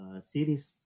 Series